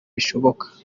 bishoboka